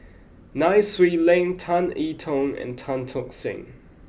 Nai Swee Leng Tan I Tong and Tan Tock Seng